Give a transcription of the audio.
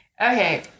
Okay